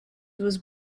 was